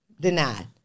denied